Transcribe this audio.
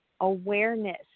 awareness